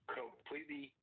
completely